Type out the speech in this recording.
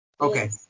Okay